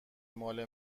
ماله